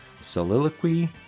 soliloquy